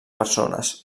persones